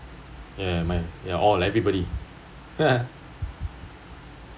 ya man like all like everybody